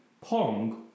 Pong